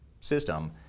system